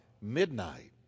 Midnight